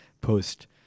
post